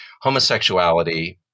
homosexuality